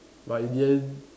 but in the end